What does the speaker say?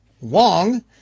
Wong